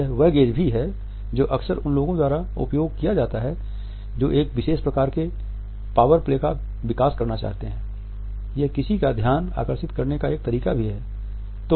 यह वह गेज़ भी है जो अक्सर उन लोगों द्वारा उपयोग किया जाता है जो एक विशेष प्रकार के पावर प्ले का विकास करना चाहते हैं यह किसी का ध्यान आकर्षित करने का एक तरीका भी है